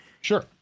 Sure